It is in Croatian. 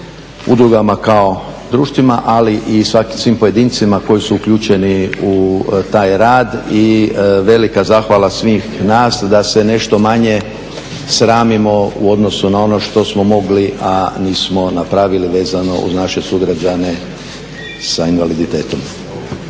udrugama kao društvima, ali i svim pojedincima koji su uključeni u taj rad i velika zahvala svih nas da se nešto manje sramimo u odnosu na ono što smo magli a nismo napravili vezano uz naše sugrađane sa invaliditetom.